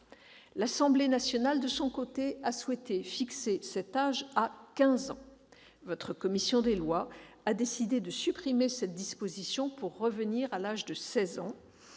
L'Assemblée nationale a souhaité fixer cet âge à quinze ans. Votre commission des lois a décidé de supprimer cette disposition pour revenir à l'âge de seize ans.